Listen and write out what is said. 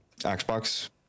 Xbox